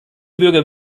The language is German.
bürger